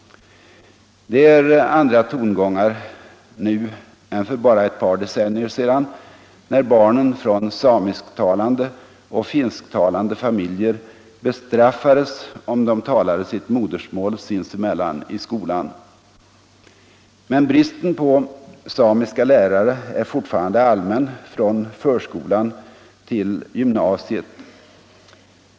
Det är andra tongångar nu än för bara ett par decennier sedan när barnen från samisktalande och finsktalande familjer bestraffades om de talade sitt modersmål sinsemellan. Men bristen på samiska lärare är fortfarande allmän från förskolan till gymnasiet.